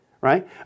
right